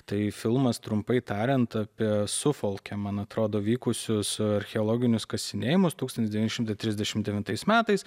tai filmas trumpai tariant apie sufolke man atrodo vykusius archeologinius kasinėjimus tūkstantis devyni šimtai trisdešimt devintais metais